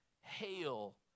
hail